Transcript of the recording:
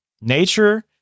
nature